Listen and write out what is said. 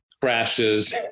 crashes